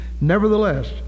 Nevertheless